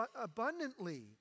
abundantly